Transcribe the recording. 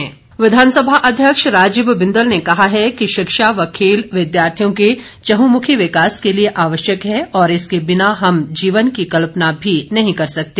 बिंदल विधानसभा अध्यक्ष राजीव बिंदल ने कहा है कि शिक्षा और खेल विद्यार्थी के चहंमुखी विकास के लिए आवश्यक है और इसके बिना हम जीवन की कल्पना भी नहीं कर सकते